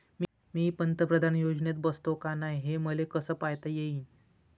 मी पंतप्रधान योजनेत बसतो का नाय, हे मले कस पायता येईन?